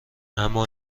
اما